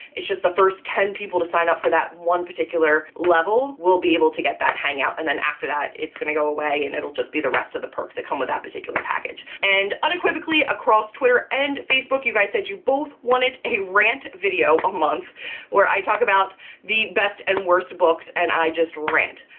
it's just the first ten people to sign up for that one particular level will be able to get that hangout, and then after that it's gonna go away, and it'll just be the rest of the perks that come with that particular package. and unequivocally, across twitter and facebook, you guys said you both wanted a rant video a month where i talk about the best and worst books, and i just rant.